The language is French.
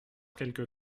quelques